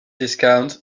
discount